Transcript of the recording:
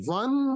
one